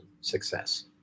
success